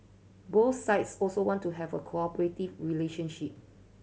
both sides also want to have a cooperative relationship